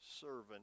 servant